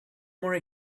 more